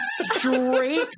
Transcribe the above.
straight